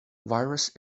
virus